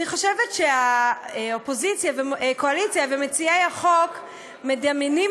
אני חושבת שהאופוזיציה והקואליציה ומציעי החוק מדמיינים